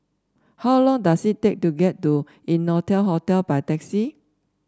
how long does it take to get to Innotel Hotel by taxi